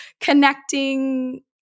connecting